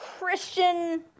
Christian